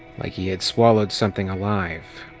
like he had swallowed something alive.